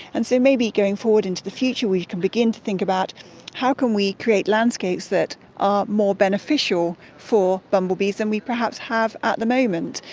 and so maybe going forward into the future we can begin to think about how can we create landscapes that are more beneficial for bumblebees than we perhaps have at the moment.